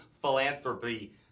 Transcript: philanthropy